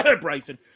Bryson